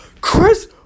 Chris